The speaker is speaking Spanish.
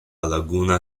laguna